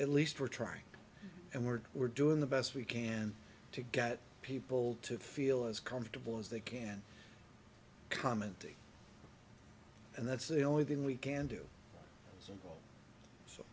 at least we're trying and we're we're doing the best we can to get people to feel as comfortable as they can comment and that's the only thing we can do